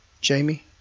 Jamie